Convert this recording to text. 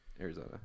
Arizona